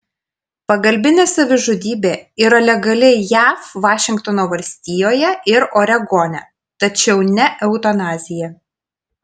pagalbinė savižudybė yra legali jav vašingtono valstijoje ir oregone tačiau ne eutanazija